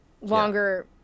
longer